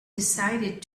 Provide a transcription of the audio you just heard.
decided